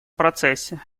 процессе